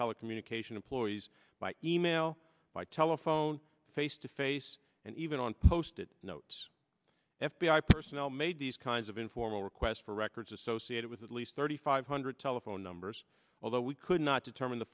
telecommunication employees by e mail by telephone face to face and even on post it notes f b i personnel made these kinds of informal requests for records associated with at least thirty five hundred telephone numbers although we could not determine the